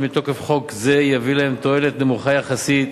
מתוקף חוק זה יביאו להם תועלת נמוכה יחסית